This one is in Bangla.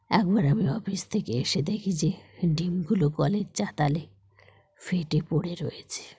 একবার আমি অফিস থেকে এসে দেখি যে ডিমগুলো কলের চাতালে ফেটে পড়ে রয়েছে